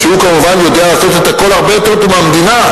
שכמובן יודע הכול הרבה יותר טוב מהמדינה,